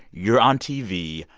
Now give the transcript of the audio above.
you're on tv.